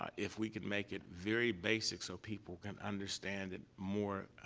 ah if we could make it very basic, so people can understand it more, ah,